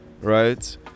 right